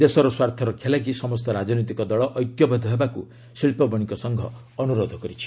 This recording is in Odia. ଦେଶର ସ୍ୱାର୍ଥ ରକ୍ଷା ଲାଗି ସମସ୍ତ ରାଜନୈତିକ ଦଳ ଐକ୍ୟବଦ୍ଧ ହେବାକୁ ଶିଳ୍ପ ବଣିକ ସଂଘ ଅନୁରୋଧ କରିଛି